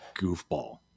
goofball